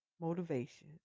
motivation